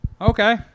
Okay